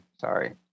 sorry